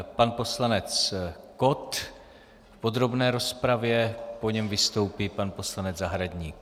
Pan poslanec Kott v podrobné rozpravě, po něm vystoupí pan poslanec Zahradník.